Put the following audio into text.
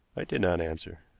i did not answer.